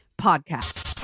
Podcast